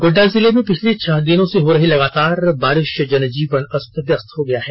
गोड़डा जिले में पिछले छह दिनों से हो रही लगातार बारिश से जनजीवन अस्त व्यस्त हो गया है